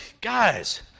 guys